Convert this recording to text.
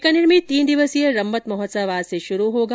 बीकानेर में तीन दिवसीय रम्मत महोत्सव आज से शुरू होगा